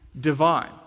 divine